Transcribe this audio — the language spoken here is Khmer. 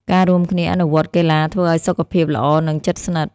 ការរួមគ្នាអនុវត្តកីឡាធ្វើឱ្យសុខភាពល្អនិងជិតស្និទ្ធ។